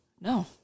No